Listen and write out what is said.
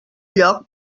lloc